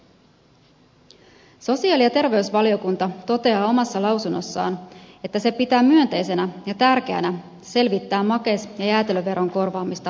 sosiaali ja terveysvaliokunta toteaa omassa lausunnossaan että se pitää myönteisenä ja tärkeänä selvittää makeis ja jäätelöveron korvaamista sokeriverolla